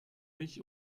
mich